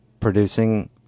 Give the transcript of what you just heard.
producing